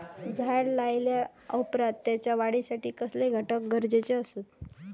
झाड लायल्या ओप्रात त्याच्या वाढीसाठी कसले घटक गरजेचे असत?